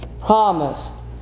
promised